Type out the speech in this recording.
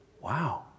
wow